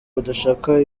badashaka